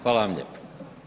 Hvala vam lijepo.